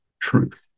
truth